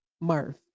Murph